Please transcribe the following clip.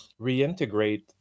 reintegrate